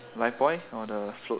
life buoy or the float